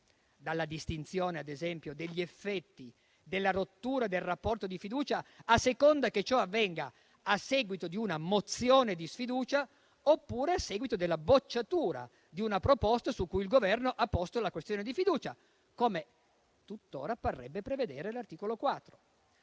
dalla distinzione, ad esempio, degli effetti della rottura del rapporto di fiducia, a seconda che ciò avvenga a seguito di una mozione di sfiducia oppure a seguito della bocciatura di una proposta su cui il Governo ha posto la questione di fiducia - come tuttora parrebbe prevedere l'articolo 4